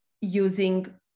using